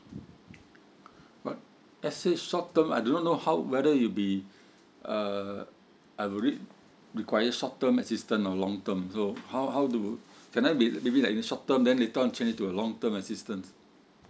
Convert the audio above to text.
but let's say short term I do not know how whether will be uh I will need require short term assistance or long term so how how do can I be maybe like short term then later on change it to a long term assistance